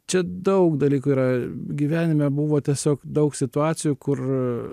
čia daug dalykų yra gyvenime buvo tiesiog daug situacijų kur